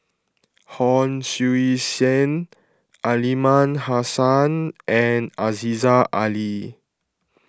Hon Sui Sen Aliman Hassan and Aziza Ali